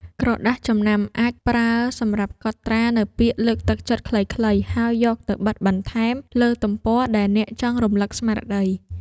ក្រដាសចំណាំ អាចប្រើសម្រាប់កត់ត្រានូវពាក្យលើកទឹកចិត្តខ្លីៗ ហើយយកទៅបិទបន្ថែមលើទំព័រដែលអ្នកចង់រំលឹកស្មារតី។